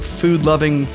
food-loving